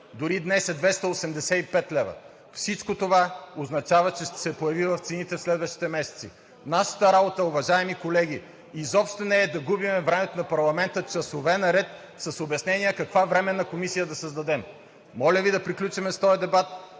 дори днес е 285 лв. Всичко това означава, че ще се появи в цените през следващите месеци. Нашата работа, уважаеми колеги, изобщо не е часове наред да губим времето на парламента с обяснения каква временна комисия да създадем. Моля Ви да приключим с този дебат,